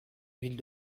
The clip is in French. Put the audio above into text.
d’huile